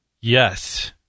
Yes